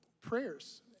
prayers